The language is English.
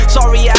Sorry